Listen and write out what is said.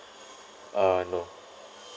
uh no